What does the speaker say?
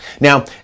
Now